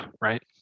right